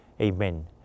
Amen